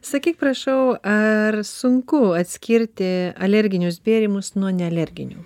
sakyk prašau ar sunku atskirti alerginius bėrimus nuo nealerginių